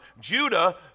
Judah